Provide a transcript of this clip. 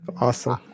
awesome